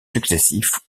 successifs